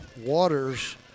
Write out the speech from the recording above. Waters